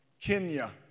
Kenya